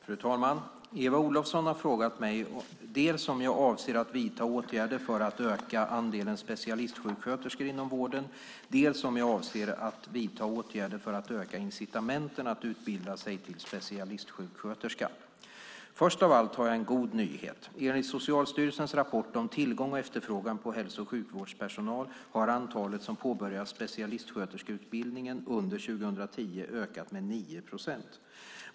Fru talman! Eva Olofsson har frågat mig, dels om jag avser att vidta åtgärder för att öka andelen specialistsjuksköterskor inom vården, dels om jag avser att vidta åtgärder för att öka incitamenten att utbilda sig till specialistsjuksköterska. Först av allt har jag en god nyhet. Enligt Socialstyrelsens rapport om tillgång och efterfrågan på hälso och sjukvårdspersonal , har antalet som påbörjat specialistsjuksköterskeutbildningen under 2010 ökat med 9 procent.